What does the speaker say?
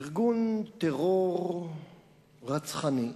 ארגון טרור רצחני,